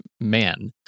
man